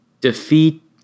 defeat